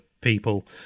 people